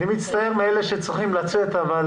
אלה שצריכים לצאת אבל